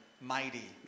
mighty